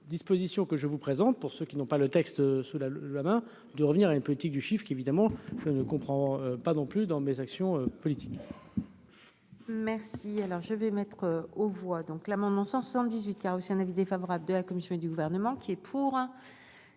dispositions que je vous présente, pour ceux qui n'ont pas le texte sous la le, le, la main de revenir à une politique du chiffre qu'évidemment je ne comprends pas non plus dans mes actions politiques.